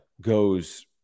goes –